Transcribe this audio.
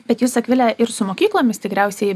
bet jūs akvile ir su mokyklomis tikriausiai